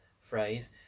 phrase